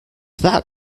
that